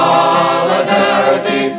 Solidarity